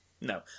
No